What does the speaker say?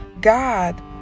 God